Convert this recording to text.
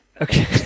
Okay